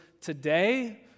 today